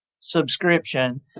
subscription